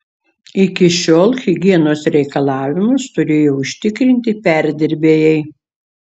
iki šiol higienos reikalavimus turėjo užtikrinti perdirbėjai